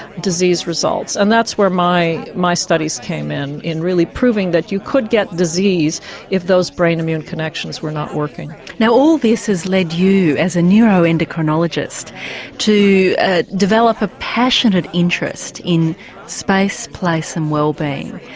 disease results. and that's where my my studies came in, in really proving that you could get disease if those brain immune connections were not working. now all this has led you as a neuroendocrinologist to develop a passionate interest in space, place and wellbeing.